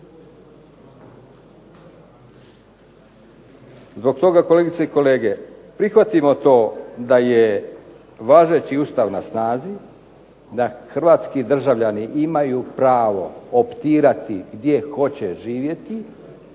Zbog toga, kolegice i kolege, prihvatimo to da je važeći Ustav na snazi, da hrvatski državljani imaju pravo optirati gdje hoće živjeti